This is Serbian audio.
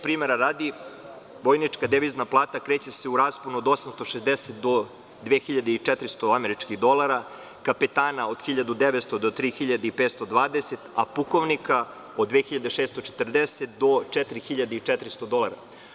Primera radi, vojnička devizna plata kreće se u rasponu od 860 do 2.400 američkih dolara, kapetana od 1.900 do 3.520, a pukovnika od 2.640 do 4. 400 dolara.